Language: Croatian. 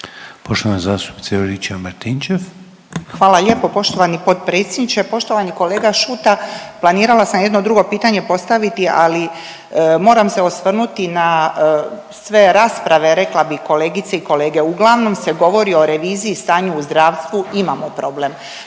Branka (HDZ)** Hvala lijepo poštovani potpredsjedniče. Poštovani kolega Šuta, planirala sam jedno drugo pitanje postaviti, ali moram se osvrnuti na sve rasprave, rekla bi kolegice i kolege uglavnom se govori o reviziji i stanju u zdravstvu i imamo problem,